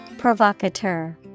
Provocateur